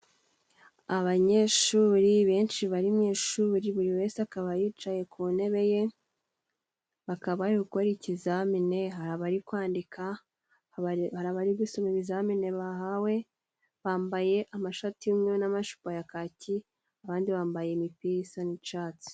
Abanyeshuri benshi bari mu ishuri buri wese akaba yicaye ku ntebe ye bakaba gukora ikizamini, hari abari kwandika, hari abariri gusoma ibizamini bahawe bambaye amashati yumweru n'amajipo ya kaki, abandi bambaye imipira isa n'icatsi.